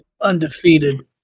Undefeated